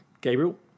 Gabriel